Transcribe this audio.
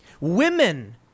Women